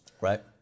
Right